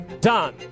done